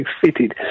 fitted